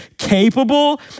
capable